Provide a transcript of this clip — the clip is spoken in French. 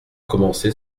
commençait